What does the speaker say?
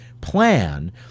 plan